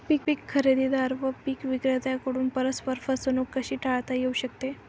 पीक खरेदीदार व पीक विक्रेत्यांकडून परस्पर फसवणूक कशी टाळता येऊ शकते?